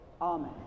Amen